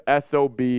SOB